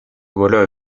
voilà